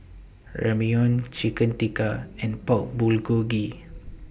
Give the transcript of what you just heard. Ramyeon Chicken Tikka and Pork Bulgogi